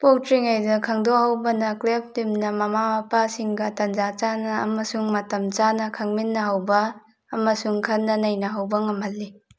ꯄꯣꯛꯇ꯭ꯔꯤꯉꯩꯗ ꯈꯪꯗꯣꯛꯍꯧꯕꯅ ꯀ꯭ꯂꯦꯐ ꯇꯤꯝꯅ ꯃꯃꯥ ꯃꯄꯥ ꯁꯤꯡꯒ ꯇꯟꯖꯥ ꯆꯥꯅ ꯑꯃꯁꯨꯡ ꯃꯇꯝ ꯆꯥꯅ ꯈꯡꯃꯤꯟꯅꯍꯧꯕ ꯑꯃꯁꯨꯡ ꯈꯟꯅ ꯅꯩꯅꯍꯧꯕ ꯉꯝꯍꯜꯂꯤ